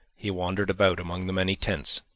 he wandered about among the many tents,